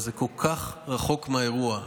אבל זה כל כך רחוק מהאירוע.